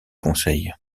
conseils